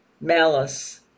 malice